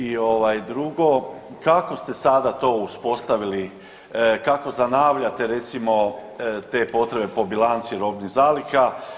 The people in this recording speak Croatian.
I drugo, kako ste sada to uspostavili kako znavljate recimo te potrebe po bilanci robnih zaliha?